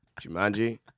Jumanji